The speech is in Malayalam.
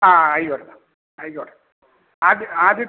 ആ ആയിക്കോട്ടെ ആയിക്കോട്ടെ ആദ്യത്തെ